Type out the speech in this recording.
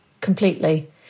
completely